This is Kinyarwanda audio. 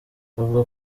bavuga